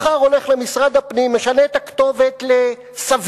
מחר הולך למשרד הפנים ומשנה את הכתובת לסביון.